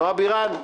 נועה בירן.